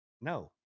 No